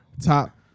Top